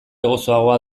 gozoagoa